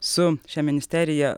su šia ministerija